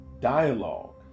dialogue